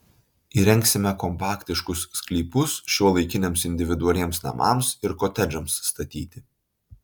įrengsime kompaktiškus sklypus šiuolaikiniams individualiems namams ir kotedžams statyti